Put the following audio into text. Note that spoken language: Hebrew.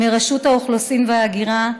מרשות האוכלוסין וההגירה,